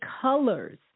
colors